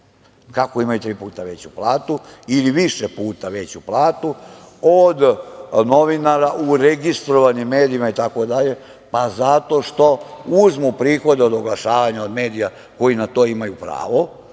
Kako imaju tri puta veću platu ili više puta veću platu od novinara u registrovanim medijima itd? pa, zato što uzmu prihode od oglašavanja od medija koji na to imaju pravo,